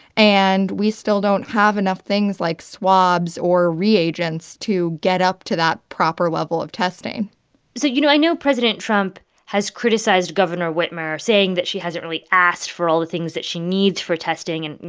and we still don't have enough things like swabs or reagents to get up to that proper level of testing so, you know, i know president trump has criticized governor whitmer, saying that she hasn't really asked for all the things that she needs for testing. and, you